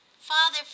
Father